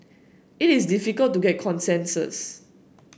it is difficult to get consensus